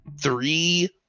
three